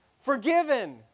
forgiven